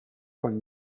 con